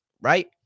Right